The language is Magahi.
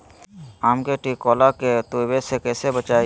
आम के टिकोला के तुवे से कैसे बचाई?